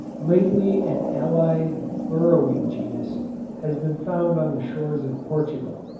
lately an allied burrowing genus has been found on the shores of portugal.